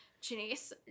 Janice